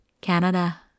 Canada